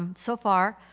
um so far,